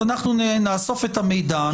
אז נאסוף את המידע,